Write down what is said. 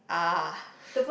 ah